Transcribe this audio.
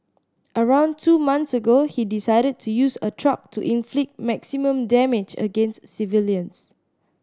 around two months ago he decided to use a truck to inflict maximum damage against civilians